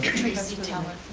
tracy teller.